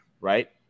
right